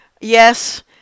yes